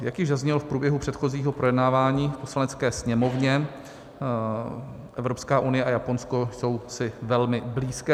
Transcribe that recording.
Jak už zaznělo v průběhu předchozího projednávání v Poslanecké sněmovně, Evropská unie a Japonsko jsou si velmi blízké.